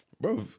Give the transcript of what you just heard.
bro